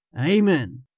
Amen